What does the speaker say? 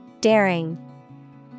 Daring